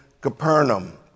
Capernaum